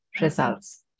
results